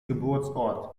geburtsort